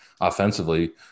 offensively